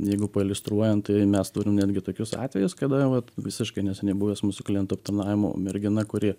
jeigu pailiustruojant tai mes turim netgi tokius atvejus kada vat visiškai neseniai buvęs mūsų klientų aptarnavimo mergina kuri